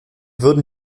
würden